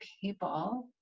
people